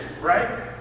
Right